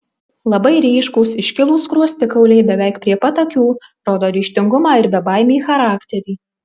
labai ryškūs iškilūs skruostikauliai beveik prie pat akių rodo ryžtingumą ir bebaimį charakterį